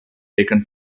taken